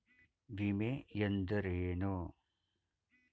ವಿಮೆ ಎಂದರೇನು?